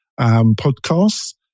podcasts